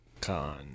Con